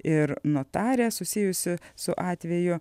ir notarė susijusi su atveju